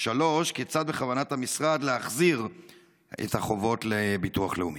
3. כיצד בכוונת המשרד להחזיר החובות לביטוח לאומי?